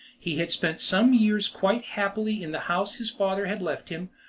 he had spent some years quite happily in the house his father had left him,